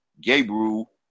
gabriel